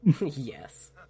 Yes